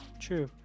True